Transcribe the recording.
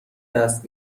دست